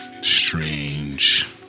strange